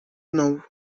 know